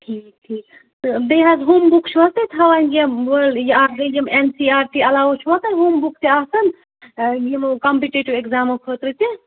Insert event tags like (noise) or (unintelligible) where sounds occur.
ٹھیٖک ٹھیٖک تہٕ بیٚیہِ حظ ہُم بُک چھُوا تُہۍ تھاوان یِم (unintelligible) اکھ گٔے یِم اٮ۪ن سی آر ٹی علاوٕ چھُوا تۄہہِ ہُم بُکہٕ تہِ آسان یِمو کَمپِٹیٚٹِو اٮ۪کزامو خٲطرٕ تہِ